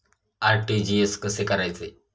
RTGS कसे करायचे?